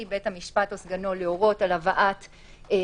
בית המשפט או סגנו להורות על הבאת עצור,